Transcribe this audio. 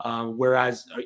whereas